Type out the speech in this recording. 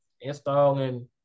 installing